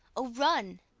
o, run!